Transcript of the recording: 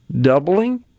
doubling